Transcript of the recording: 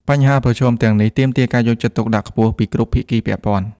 បញ្ហាប្រឈមទាំងនេះទាមទារការយកចិត្តទុកដាក់ខ្ពស់ពីគ្រប់ភាគីពាក់ព័ន្ធ។